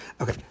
okay